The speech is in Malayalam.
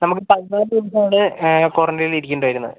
നമുക്ക് പതിനാല് ദിവസം ആണ് ക്വാറൻറ്റയിനിൽ ഇരിക്കേണ്ടി വരുന്നത്